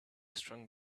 strong